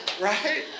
Right